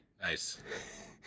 Nice